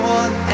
one